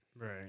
Right